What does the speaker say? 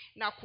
na